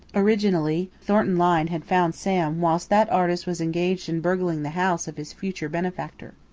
originally, thornton lyne had found sam whilst that artist was engaged in burgling the house of his future benefactor.